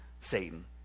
satan